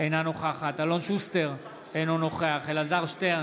אינה נוכחת אלון שוסטר, אינו נוכח אלעזר שטרן,